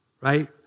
right